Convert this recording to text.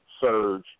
surge